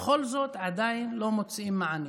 ובכל זאת עדיין לא מוצאים מענה,